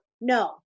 no